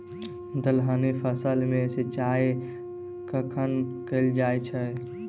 दलहनी फसल मे सिंचाई कखन कैल जाय छै?